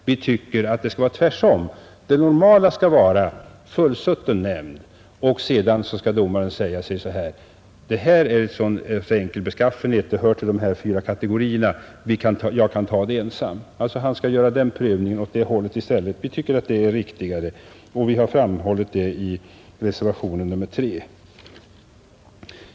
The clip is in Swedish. Vi tycker att det skall vara tvärtom: det normala skall vara fullsutten nämnd, men ordföranden kan få avgöra målet ensam, om han bedömer det vara av enkel beskaffenhet eller anser det höra till de aktuella fyra kategorierna. Han skall alltså göra prövningen åt det hållet i stället. Vi tycker att det är riktigare, vilket vi har framhållit i reservationen 3.